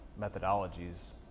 methodologies